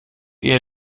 eher